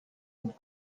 and